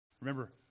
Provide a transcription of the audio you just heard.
Remember